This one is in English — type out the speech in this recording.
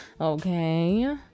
okay